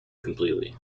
completely